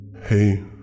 Hey